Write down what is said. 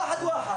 הוועדה)